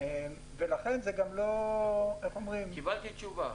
לכן זה גם לא --- קיבלתי תשובה.